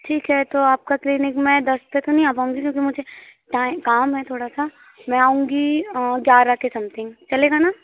ठीक है तो आपका क्लीनिक मैं दस तक तो नहीं आ पाऊँगी क्योंकि मुझे टाइम काम है थोड़ा सा मैं आऊँगी ग्यारह के समथिंग चलेगा ना